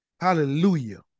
Hallelujah